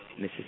Mrs